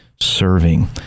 serving